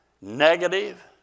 negative